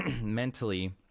mentally